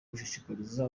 gushishikariza